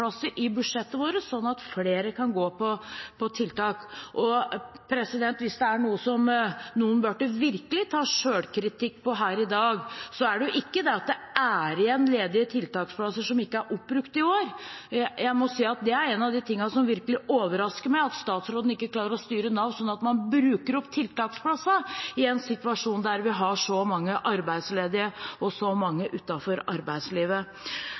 i budsjettet vårt sånn at flere kan gå på tiltak. Hvis det er noe som noen virkelig burde ta selvkritikk på her i dag, er det ikke det at det er igjen ledige tiltaksplasser som ikke er oppbrukt i år. Jeg må si at det er en av de tingene som virkelig overrasker meg – at statsråden ikke klarer å styre Nav sånn at man bruker opp tiltaksplassene, i en situasjon der vi har så mange arbeidsledige og så mange utenfor arbeidslivet.